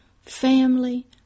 family